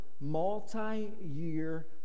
multi-year